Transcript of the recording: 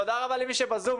תודה רבה למי שבזום.